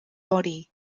body